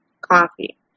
coffee